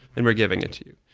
and we're giving it to you,